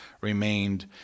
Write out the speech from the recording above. remained